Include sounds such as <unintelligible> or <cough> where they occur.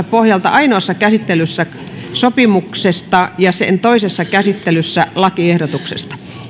<unintelligible> pohjalta ainoassa käsittelyssä sopimuksesta ja sitten toisessa käsittelyssä lakiehdotuksesta